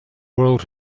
world